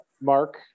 mark